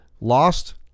lost